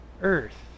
earth